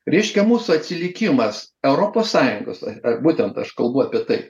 reiškia mūsų atsilikimas europos sąjungos ar būtent aš kalbu apie tai